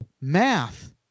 math